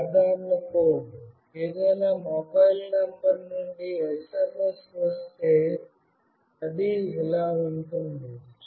ఇది సాధారణ కోడ్ ఏదైనా మొబైల్ నంబర్ నుండి SMS వస్తే అది ఇలా ఉంటుంది